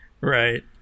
Right